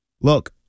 Look